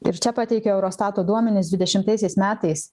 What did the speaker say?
ir čia pateikiau eurostato duomenys dvidešimtaisiais metais